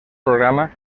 programa